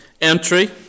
entry